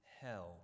hell